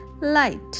light